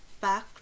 back